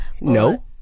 no